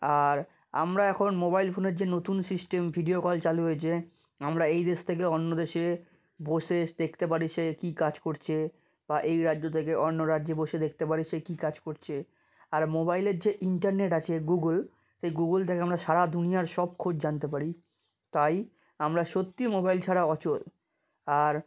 আর আমরা এখন মোবাইল ফোনের যে নতুন সিস্টেম ভিডিও কল চালু হয়েছে আমরা এই দেশ থেকে অন্য দেশে বসে দেখতে পারি সে কী কাজ করছে বা এই রাজ্য থেকে অন্য রাজ্যে বসে দেখতে পারে সে কী কাজ করছে আর মোবাইলের যে ইন্টারনেট আছে গুগল সেই গুগল থেকে আমরা সারা দুনিয়ার সব খোঁজ জানতে পারি তাই আমরা সত্যি মোবাইল ছাড়া অচল আর